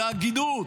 בהגינות,